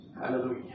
Hallelujah